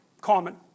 common